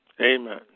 Amen